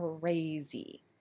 crazy